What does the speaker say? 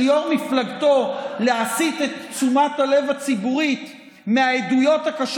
יו"ר מפלגתו להסית את תשומת הלב הציבורית מהעדויות הקשות